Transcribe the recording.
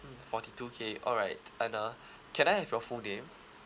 forty two K alright and uh can I have your full name